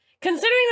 considering